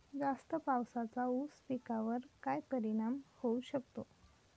जास्त पावसाचा ऊस पिकावर काय परिणाम होऊ शकतो?